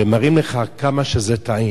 ומראים לך כמה שזה טעים.